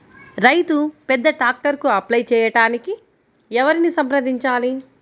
రైతు పెద్ద ట్రాక్టర్కు అప్లై చేయడానికి ఎవరిని సంప్రదించాలి?